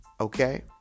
okay